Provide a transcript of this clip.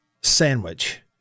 sandwich